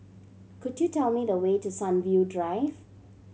could you tell me the way to Sunview Drive